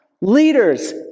Leaders